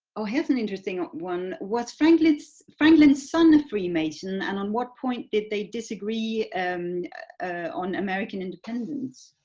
oh here's an interesting one. was franklin franklin's son a freemason and on what point did they disagree and on american independence?